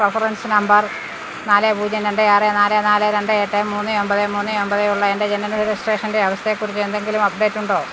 reference number നാല് പൂജ്യം രണ്ട് ആറ് നാല് നാല് രണ്ട് എട്ട് മൂന്ന് ഒൻപത് മൂന്ന് ഒൻപത് ഉള്ള എൻ്റെ ജനന രജിസ്ട്രേഷൻ്റെ അവസ്ഥയെക്കുറിച്ച് എന്തെങ്കിലും അപ്ഡേറ്റ് ഉണ്ടോ